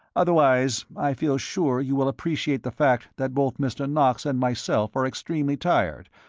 otherwise, i feel sure you will appreciate the fact that both mr. knox and myself are extremely tired,